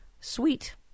sweet